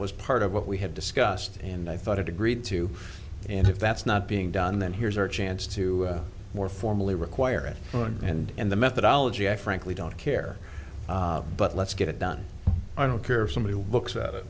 was part of what we had discussed and i thought it agreed to and if that's not being done then here's our chance to more formally require it and in the methodology i frankly don't care but let's get it done i don't care if somebody looks at it